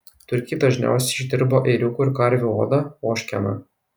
turkai dažniausiai išdirba ėriukų ir karvių odą ožkeną